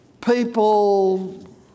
People